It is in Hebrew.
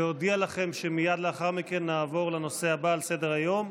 ואודיע לכם שמייד לאחר מכן נעבור לנושא הבא על סדר-היום,